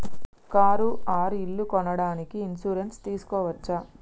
Car or ఇల్లు కొనడానికి insurance తీస్కోవచ్చా?